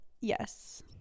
yes